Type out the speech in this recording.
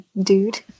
dude